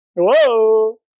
Whoa